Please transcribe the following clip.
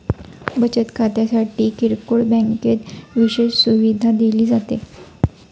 बचत खात्यासाठी किरकोळ बँकेत विशेष सुविधा दिली जाते